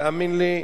תאמין לי,